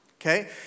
okay